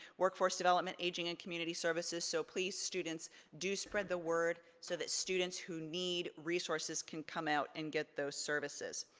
workforce development, aging and community services. so please students, do spread the word, so that students who need resources can come out and get those services.